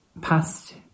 past